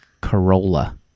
Corolla